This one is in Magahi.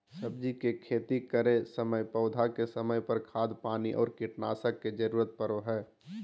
सब्जी के खेती करै समय पौधा के समय पर, खाद पानी और कीटनाशक के जरूरत परो हइ